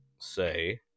say